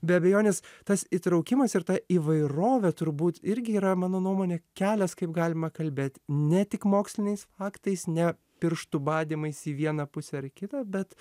be abejonės tas įtraukimas ir ta įvairovė turbūt irgi yra mano nuomone kelias kaip galima kalbėt ne tik moksliniais faktais ne pirštų badymais į vieną pusę ar į kitą bet